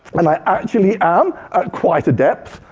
and i actually am at quite a depth.